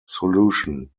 solution